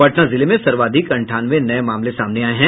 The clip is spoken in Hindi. पटना जिले में सर्वाधिक अंठानवे नये मामले सामने आये हैं